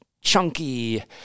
chunky